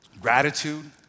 gratitude